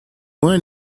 one